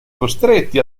costretti